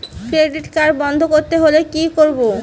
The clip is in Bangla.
ক্রেডিট কার্ড বন্ধ করতে হলে কি করব?